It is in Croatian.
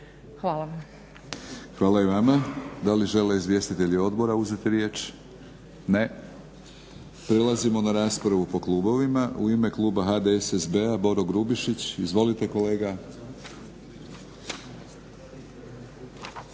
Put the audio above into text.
(HNS)** Hvala i vama. Da li žele izvjestitelji odbora uzeti riječ? Ne. Prelazimo na raspravu po klubovima. U ime kluba HDSSB-a Boro Grubišić. Izvolite kolega.